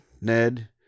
ned